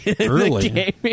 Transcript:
Early